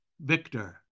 Victor